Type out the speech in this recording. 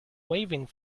waving